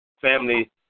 family